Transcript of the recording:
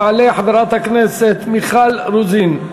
תעלה חברת הכנסת מיכל רוזין,